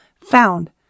found